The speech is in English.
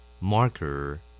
Marker